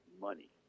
money